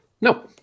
No